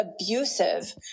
abusive